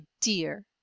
dear